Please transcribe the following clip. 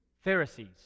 Pharisees